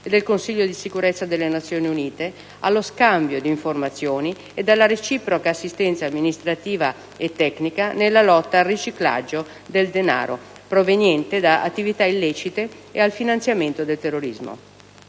del Consiglio di Sicurezza nelle Nazioni Unite, allo scambio di informazioni e alla reciproca assistenza amministrativa e tecnica nella lotta al riciclaggio del denaro proveniente da attività illecite e al finanziamento del terrorismo.